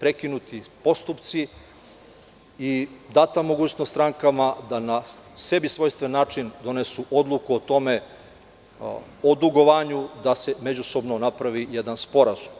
prekinuti postupci i data mogućnost strankama da na sebi svojstven način donesu odluku o tome, o dugovanju, da se međusobno napravi jedan sporazum.